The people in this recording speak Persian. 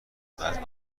وزن